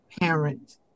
parent